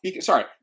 Sorry